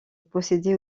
possédait